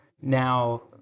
now